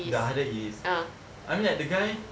the harder it is I mean like the guy